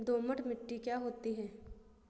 दोमट मिट्टी क्या होती हैं?